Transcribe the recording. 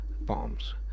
bombs